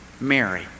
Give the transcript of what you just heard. Mary